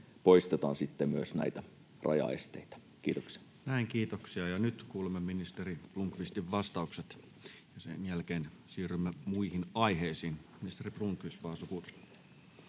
poistetaan myös näitä rajaesteitä? — Kiitoksia. Näin, kiitoksia. — Ja nyt kuulemme ministeri Blomqvistin vastaukset, ja sen jälkeen siirrymme muihin aiheisiin. — Ministeri Blomqvist, varsågod.